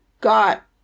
got